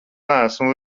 neesmu